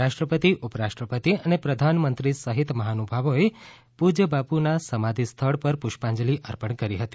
રાષ્ટ્રપતિ ઉપરાષ્ટ્રપતિ અને પ્રધાનમંત્રી સહિત મહાનુભાવોએ પુજય બાપુના સમાઘિ સ્થળ પર પુષ્પાંજલી અર્પણ કરી હતી